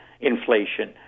inflation